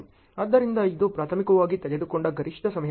ಆದ್ದರಿಂದ ಇದು ಪ್ರಾಥಮಿಕವಾಗಿ ತೆಗೆದುಕೊಂಡ ಗರಿಷ್ಠ ಸಮಯ